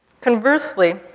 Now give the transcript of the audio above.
Conversely